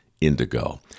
indigo